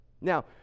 Now